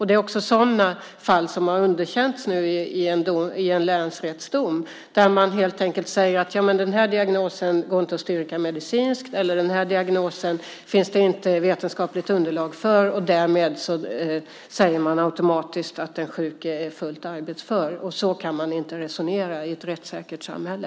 Det är sådana fall som nu har underkänts i en länsrättsdom, där man helt enkelt säger att en viss diagnos inte går att styrka medicinskt eller att det inte finns vetenskapligt underlag för en diagnos. Därmed säger man automatiskt att den sjuke är fullt arbetsför. Så kan man inte resonera i ett rättssäkert samhälle.